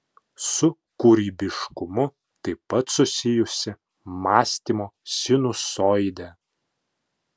su kūrybiškumu taip pat susijusi mąstymo sinusoidė